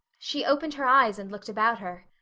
she opened her eyes and looked about her.